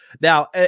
Now